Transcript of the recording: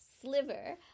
sliver